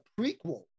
prequel